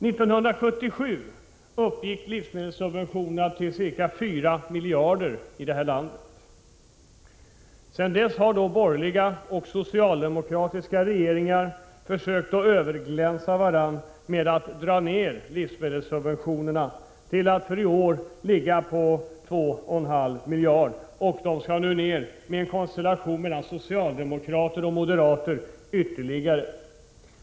1977 uppgick livsmedelssubventionerna i vårt land till ca 4 miljarder. Sedan dess har borgerliga och socialdemokratiska regeringar försökt att överglänsa varandra genom att minska livsmedelssubventionerna, som i år ligger på 2,5 miljarder. Livsmedelssubventionerna skall nu — genom en konstellation av socialdemokrater och moderater — minskas ytterligare.